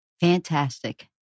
Fantastic